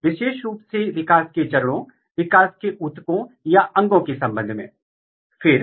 एक विशेष विकास प्रक्रिया आमतौर पर एकल जीन द्वारा विनियमित नहीं होती है